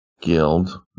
guild